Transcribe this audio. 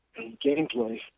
gameplay